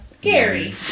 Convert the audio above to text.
Gary